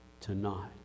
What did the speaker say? tonight